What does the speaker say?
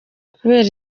kubera